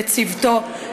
וצוותו,